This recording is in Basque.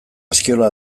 askiola